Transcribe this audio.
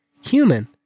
human